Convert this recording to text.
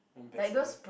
ambassadors